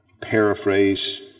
paraphrase